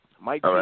Mike